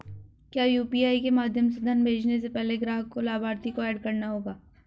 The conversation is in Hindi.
क्या यू.पी.आई के माध्यम से धन भेजने से पहले ग्राहक को लाभार्थी को एड करना होगा?